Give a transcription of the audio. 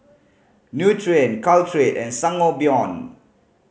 Nutren Caltrate and Sangobion